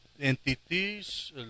entities